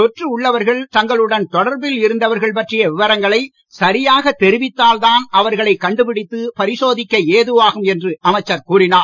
தொற்று உள்ளவர்கள் தங்களுடன் தொடர்பில் இருந்தவர்கள் பற்றிய விவரங்களை சரியாகத் தெரிவித்தால்தான் அவர்களைக் கண்டுபிடித்து பரிசோதிக்க ஏதுவாகும் என்று அமைச்சர் கூறினார்